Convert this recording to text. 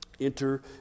enter